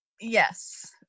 Yes